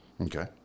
Okay